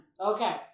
Okay